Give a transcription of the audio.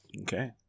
Okay